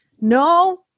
No